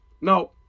No